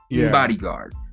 bodyguard